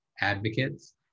advocates